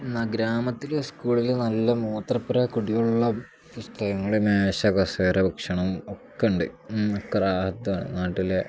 ഗ്രാമത്തിൽ സ്കൂളിൽ നല്ല മൂത്രപ്പുര കുടിവെള്ളം പുസ്തകങ്ങൾ മേശ കസേര ഭക്ഷണം ഒക്കെയുണ്ട് നാട്ടിലെ